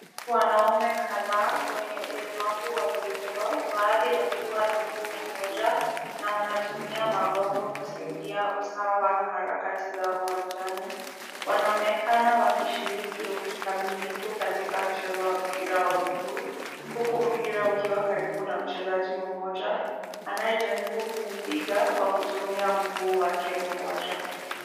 Wanaume kadhaa wenye ulemavu wa viuongo baadhi wakiwa na mguu moja na wanatumia magongo kusaidia usawa na harakati za uwanjani. Wanaonekana wakishiriki [cs[ukikamilifu katika mchezo wa mpira wa miguu huku mpira ukiwa karibu na mchezaji mmoja anayejaribu kuupiga kwa kutumia mguu wake mmoja.